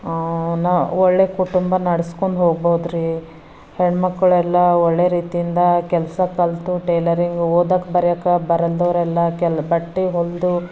ನಾ ಒಳ್ಳೆಯ ಕುಟುಂಬ ನಡೆಸ್ಕೊಂಡು ಹೋಗ್ಬೋದ್ರಿ ಹೆಣ್ಣು ಮಕ್ಳೆಲ್ಲ ಒಳ್ಳೆಯ ರೀತಿಯಿಂದ ಕೆಲಸ ಕಲಿತು ಟೈಲರಿಂಗ್ ಓದಕ್ಕೆ ಬರಿಯಕ್ಕೆ ಬರಲ್ದವ್ರೆಲ್ಲ ಕೆ ಬಟ್ಟೆ ಹೊಲಿದು